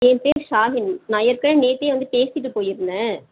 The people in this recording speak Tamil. என் பேர் ஷாலினி நான் ஏற்கனவே நேத்தேயே வந்து பேசிவிட்டு போயிருந்தேன்